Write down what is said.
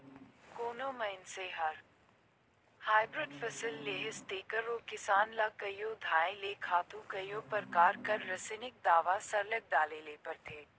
कोनो मइनसे हर हाईब्रिड फसिल लेहिस तेकर ओ किसान ल कइयो धाएर ले खातू कइयो परकार कर रसइनिक दावा सरलग डाले ले परथे